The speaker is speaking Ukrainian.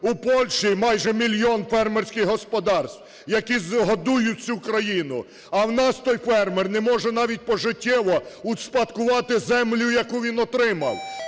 У Польщі майже мільйон фермерських господарств, які годують всю країну, а в нас той фермер не може навіть пожиттєво успадкувати землю, яку він отримав,